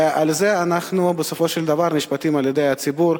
ועל זה אנחנו בסופו של דבר נשפטים על-ידי הציבור,